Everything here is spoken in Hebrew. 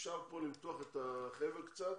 אפשר פה למתוח את החבל קצת,